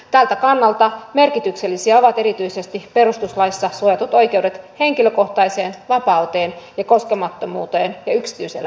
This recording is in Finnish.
tältä kannalta merkityksellisiä ovat erityisesti perustuslaissa suojatut oikeudet henkilökohtaiseen vapauteen ja koskemattomuuteen ja yksityiselämän suojaan